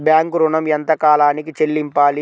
Bank ఋణం ఎంత కాలానికి చెల్లింపాలి?